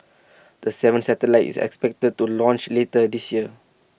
the seventh satellite is expected to launched later this year